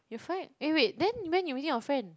your flight eh wait then when you meeting your friend